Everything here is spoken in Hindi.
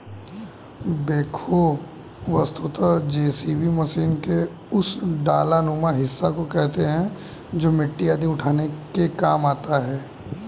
बेक्हो वस्तुतः जेसीबी मशीन के उस डालानुमा हिस्सा को कहते हैं जो मिट्टी आदि उठाने के काम आता है